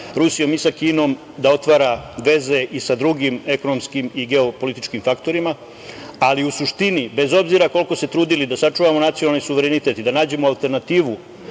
Rusijom i sa Kinom, da otvara veze i sa drugim ekonomskim i geopolitičkim faktorima, ali u suštini, bez obzira koliko se trudili da sačuvamo nacionalni suverenitet i da nađemo alternativu